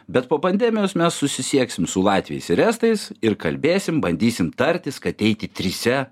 bet po pandemijos mes susisieksim su latviais ir estais ir kalbėsim bandysim tartis kad eiti trise